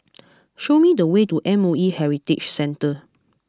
show me the way to M O E Heritage Centre